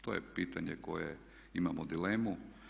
To je pitanje koje imamo dilemu.